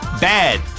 bad